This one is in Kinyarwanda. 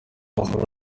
uwamahoro